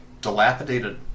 dilapidated